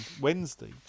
Wednesday